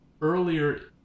Earlier